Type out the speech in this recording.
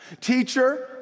Teacher